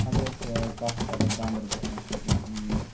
اَگر أسۍ کَتھ کَرَو گاندَربَلَس مَنٛز چھِ کینٛہہ